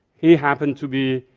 he happened to be